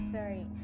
Sorry